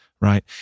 right